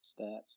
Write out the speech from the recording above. stats